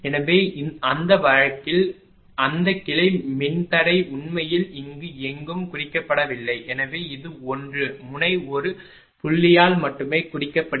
எனவே அந்த வழக்கில் அந்த கிளை மின்தடை உண்மையில் இங்கு எங்கும் குறிக்கப்படவில்லை எனவே இது 1 முனை ஒரு புள்ளியால் மட்டுமே குறிக்கப்படுகிறது